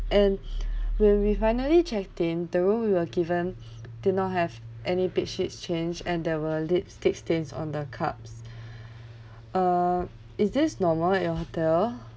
and when we finally checked in the room we were given did not have any bed sheets change and there were lipstick stains on the cups uh is this normal at your hotel